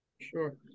sure